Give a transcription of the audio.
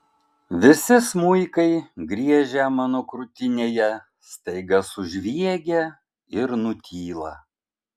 visi smuikai griežę mano krūtinėje staiga sužviegia ir nutyla